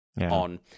on